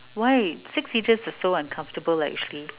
why six seaters are so uncomfortable actually